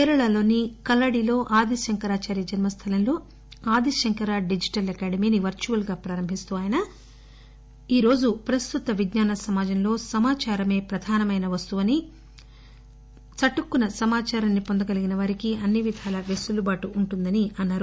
కేరళలోని కలాడి లో ఆది శంకరాచార్య జన్మస్థలంలో ఆదిశంకర డిజిటల్ అకాడమీని వర్చువల్గా ప్రారంభిస్తూ ఆయన ఈరోజు ప్రస్తుత విజ్ఞాన సమాజంలో సమాచారమే ప్రధానమైన వస్తువని కట్టుకున్న సమాచారాన్ని వొందగలిగినవారికి అన్ని విధాలా పెసులుబాటు ఉంటుందని అన్నారు